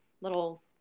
little